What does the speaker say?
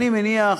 אני מניח,